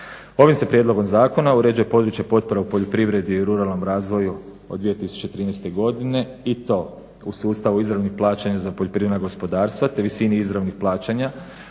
Ovim se prijedlogom zakona uređuje područje potpora u poljoprivreda i ruralnom razvoju od 2013. godine i to u sustavu izravnih plaćanja za poljoprivredna gospodarstva te visini izravnih plaćanja